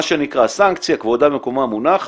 מה שנקרא סנקציה כבודה במקומה מונח,